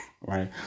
right